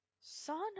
Son